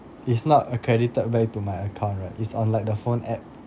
is not accredited back to my account right it's on like the phone app